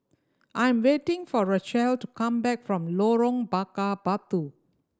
I'm waiting for Rachelle to come back from Lorong Bakar Batu